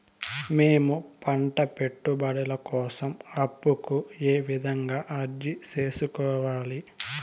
మేము పంట పెట్టుబడుల కోసం అప్పు కు ఏ విధంగా అర్జీ సేసుకోవాలి?